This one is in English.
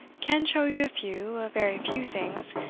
can show you a few a very few things,